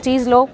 ਚੀਜ਼ ਲਉ